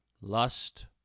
Lust